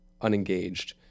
unengaged